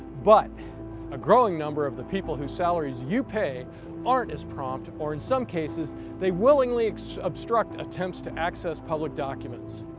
but a growing number of the people whose salaries you pay aren't as prompt or in some cases they willingly obstruct attempts to access public documents,